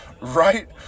right